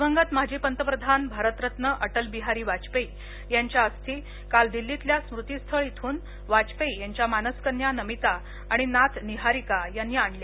दिवंगत माजी पंतप्रधान भारत रत्न अटल बिहारी वाजपेयी यांच्या अस्थी काल दिल्लीतल्या स्मृती स्थळ इथून वाजपेयी यांच्या मानसकन्या नमिता आणि नात निहारिका यांनी आणल्या